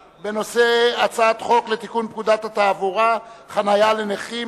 הצעת חוק לתיקון פקודת התעברה (חנייה לנכים),